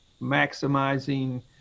maximizing